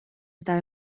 eta